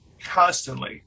constantly